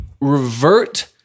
revert